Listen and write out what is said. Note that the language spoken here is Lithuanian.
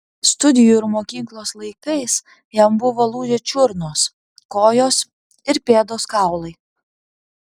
studijų ir mokyklos laikais jam buvo lūžę čiurnos kojos ir pėdos kaulai